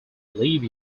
live